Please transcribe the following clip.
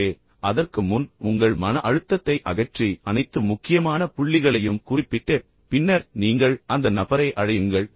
எனவே அதற்கு முன் உங்கள் மன அழுத்தத்தை அகற்றி அனைத்து முக்கியமான புள்ளிகளையும் குறிப்பிட்டு பின்னர் நீங்கள் அந்த நபரை அழையுங்கள்